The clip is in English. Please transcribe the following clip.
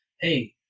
hey